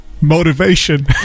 Motivation